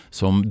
som